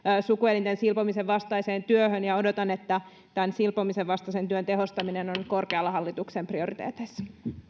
sukuelinten silpomisen vastaiseen työhön ja odotan että silpomisen vastaisen työn tehostaminen on korkealla hallituksen prioriteeteissa